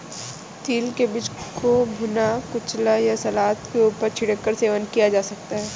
तिल के बीज को भुना, कुचला या सलाद के ऊपर छिड़क कर सेवन किया जा सकता है